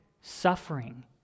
suffering